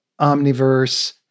omniverse